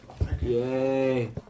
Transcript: Yay